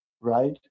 right